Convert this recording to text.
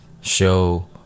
show